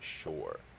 sure